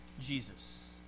Jesus